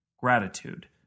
gratitude